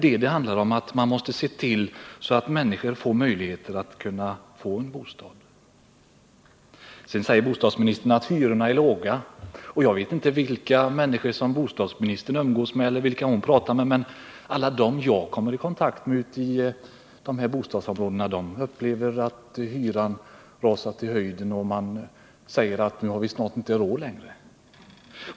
Det handlar ju om att man måste se till att människor har möjligheter att få en bostad. Sedan säger bostadsministern att hyrorna är låga. Jag vet inte vilka människor bostadsministern umgås med eller pratar med, men alla dem som jag kommer i kontakt med ute i bostadsområdena har uppfattningen att hyran har rusat i höjden, och de säger att de snart inte har råd längre.